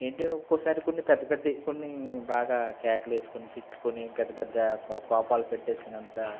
ఏంటో ఒక్కోసారి కొన్ని పెద్ద పెద్ద కొన్ని బాగా కేకలు వేసుకొని తిట్టుకుని పెద్దపెద్ద కోపాలు పెట్టుకునే అంత